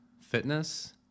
fitness